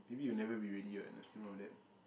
maybe you'll never be ready [what] nothing wrong with that